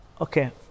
Okay